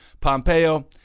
Pompeo